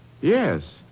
yes